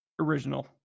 original